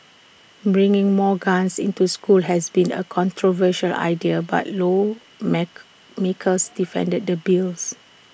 bringing more guns into school has been A controversial idea but law make makers defended the bills